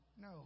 no